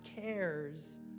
cares